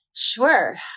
Sure